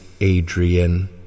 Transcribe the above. Adrian